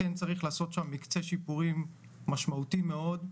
כן צריך לעשות שם מקצה שיפורים משמעותי מאוד.